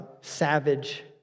savage